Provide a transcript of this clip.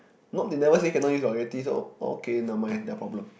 not they never say cannot use vulgarity so oh okay never mind their problem